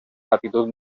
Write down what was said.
latitud